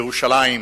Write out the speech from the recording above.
ירושלים,